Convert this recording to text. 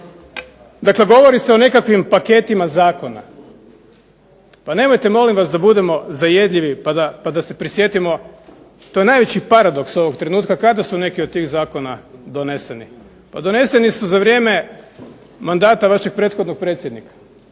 Dakle govori se o nekakvim paketima zakona. Pa nemojte molim vas da budemo zajedljivi, pa da se prisjetimo, to je najveći paradoks ovog trenutka kada su neki od tih zakona doneseni. Pa doneseni su za vrijeme mandata vašeg prethodnog predsjednika,